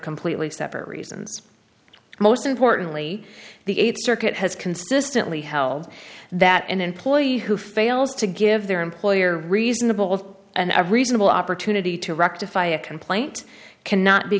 completely separate reasons most importantly the eighth circuit has consistently held that an employee who fails to give their employer reasonable and a reasonable opportunity to rectify a complaint cannot be